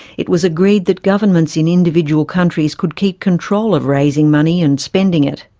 it was agreed that governments in individual countries could keep control of raising money and spending it.